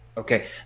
Okay